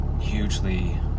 hugely